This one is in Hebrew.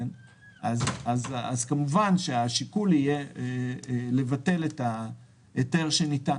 אז כמובן השיקול יהיה לבטל את ההיתר שניתן,